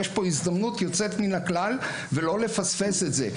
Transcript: יש פה הזדמנות יוצאת מן הכלל ולא לפספס את זה.